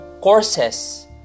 courses